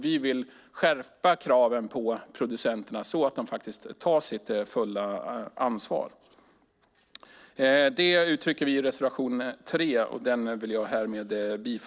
Vi vill skärpa kraven på producenterna så att de faktiskt tar sitt fulla ansvar. Jag yrkar därför bifall till reservation 3.